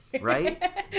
right